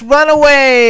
Runaway